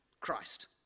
Christ